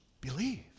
believe